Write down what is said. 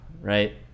right